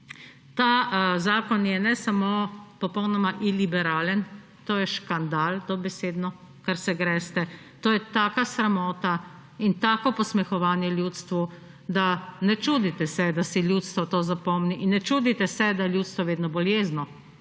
ta zakon je ne samo popolnoma iliberalen, to je škandal, dobesedno, kar se greste. To je taka sramota in tako posmehovanje ljudstvu, da ne čudite se, da si ljudstvo to zapomni, in ne čudite se, da je ljudstvo vedno bolj jezno.